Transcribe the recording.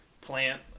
plant